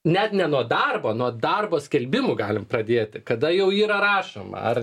net ne nuo darbo nuo darbo skelbimų galim pradėti kada jau yra rašoma ar